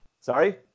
Sorry